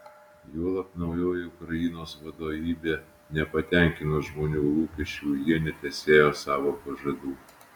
juolab naujoji ukrainos vadovybė nepatenkino žmonių lūkesčių jie netesėjo savo pažadų